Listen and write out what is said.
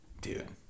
Dude